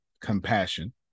compassion